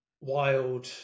wild